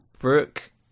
Brooke